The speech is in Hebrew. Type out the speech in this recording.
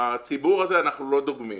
הציבור הזה אנחנו לא דוגמים.